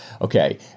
okay